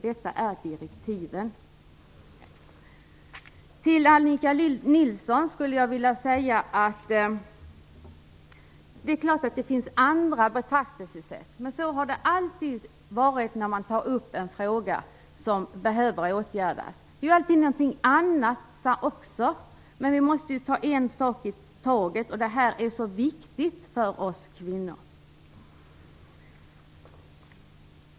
Detta säger direktiven. Till Annika Nilsson skulle jag vilja säga att det är klart att det finns andra betraktelsesätt men att det alltid varit så när man har tagit upp en fråga som behövt åtgärdas. Det finns alltid också någonting annat, men vi måste ta upp en sak i taget, och detta är så viktigt för oss kvinnor.